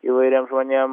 įvairiem žmonėm